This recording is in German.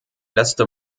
letzte